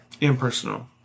Impersonal